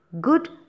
Good